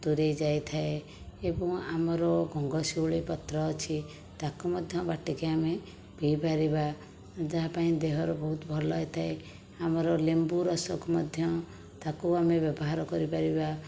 ଦୂରେଇଯାଇଥାଏ ଏବଂ ଆମର ଗଙ୍ଗଶିଉଳି ପତ୍ର ଅଛି ତାକୁ ମଧ୍ୟ ବାଟିକି ଆମେ ପିଇପାରିବା ଯାହାପାଇଁ ଦେହର ବହୁତ ଭଲ ହୋଇଥାଏ ଆମର ଲେମ୍ବୁ ରସକୁ ମଧ୍ୟ ତାକୁ ଆମେ ବ୍ୟବହାର କରିପାରିବା